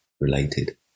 related